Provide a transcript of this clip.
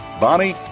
Bonnie